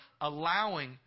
allowing